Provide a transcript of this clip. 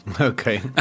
Okay